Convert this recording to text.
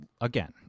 again